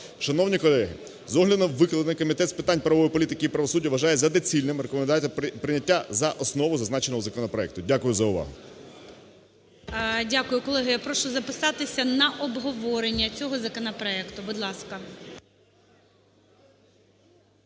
Шановні колеги, з огляду на викладене Комітет з питань правової політики і правосуддя вважає за доцільне рекомендувати прийняти за основу зазначеного законопроекту. Дякую за увагу. ГОЛОВУЮЧИЙ. Дякую. Колеги, я прошу записатися на обговорення цього законопроекту. Будь ласка.